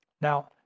Now